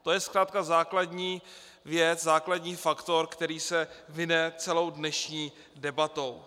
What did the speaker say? To je zkrátka základní věc, základní faktor, který se vine celou dnešní debatou.